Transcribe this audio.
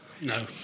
No